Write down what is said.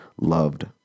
loved